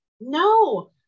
no